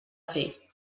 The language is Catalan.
fer